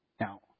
Now